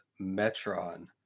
Metron